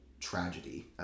tragedy